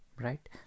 right